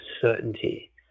certainty